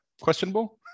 questionable